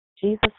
Jesus